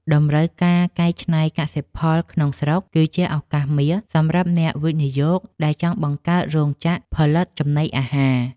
តម្រូវការកែច្នៃកសិផលក្នុងស្រុក គឺជាឱកាសមាសសម្រាប់អ្នកវិនិយោគដែលចង់បង្កើតរោងចក្រផលិតចំណីអាហារ។